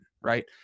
right